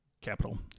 Capital